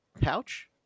pouch